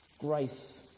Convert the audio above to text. Grace